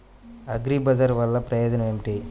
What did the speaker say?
అగ్రిబజార్ వల్లన ప్రయోజనం ఏమిటీ?